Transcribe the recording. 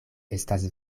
estas